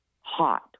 hot